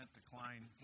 decline